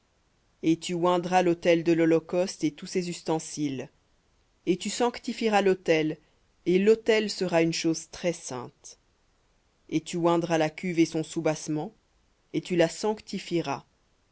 et tu oindras l'autel de l'holocauste et tous ses ustensiles et tu sanctifieras l'autel et l'autel sera une chose très-sainte et tu oindras la cuve et son soubassement et tu la sanctifieras et